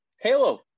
halo